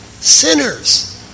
sinners